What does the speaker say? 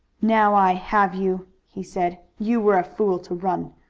now i have you, he said. you were a fool to run.